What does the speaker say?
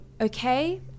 okay